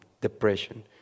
depression